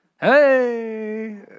hey